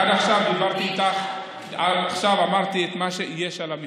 עד עכשיו אמרתי את מה שיש על המשטרה.